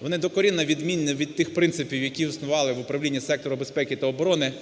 вони докорінно відмінні від тих принципів, які існували в управлінні сектору безпеки та оборони